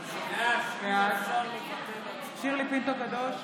בעד שירלי פינטו קדוש,